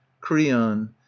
Creon